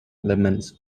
elements